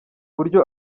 buryo